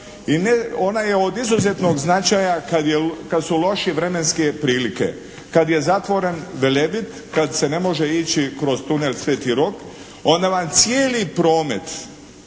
ona je od izuzetnog značaja kad su loše vremenske prilike. Kad je zatvoren Velebit, kad se ne može ići kroz tunel Sveti Rok, onda vam cijeli promet